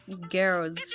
Girls